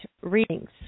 readings